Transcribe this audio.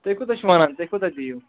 تُہۍ کوٗتاہ چھُو وَنان تُہۍ کوٗتاہ دِیِو